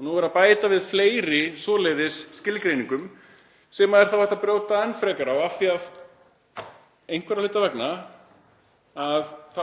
er verið að bæta við fleiri svoleiðis skilgreiningum sem er þá hægt að brjóta enn frekar gegn af því að einhverra hluta vegna þá